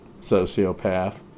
sociopath